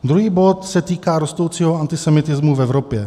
Druhý bod se týká rostoucího antisemitismu v Evropě.